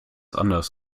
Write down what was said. anders